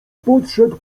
podszedł